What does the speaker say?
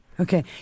Okay